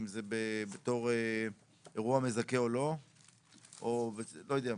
אם זה בתור אירוע מזכה או לא או לא יודע,